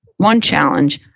one challenge,